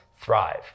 thrive